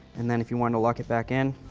and then if you want to lock it back in,